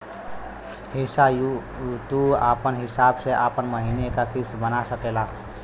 हिंया तू आपन हिसाब से आपन महीने का किस्त बना सकेल